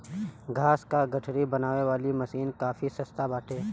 घास कअ गठरी बनावे वाली मशीन काफी सस्ता बाटे